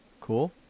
Cool